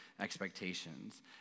expectations